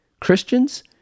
Christians